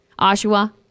Oshawa